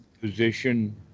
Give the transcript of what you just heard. position